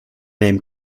name